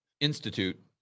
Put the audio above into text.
institute